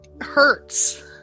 hurts